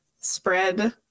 spread